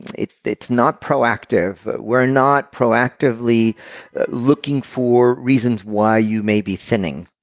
it's it's not proactive. we're not proactively looking for reasons why you may be thinning.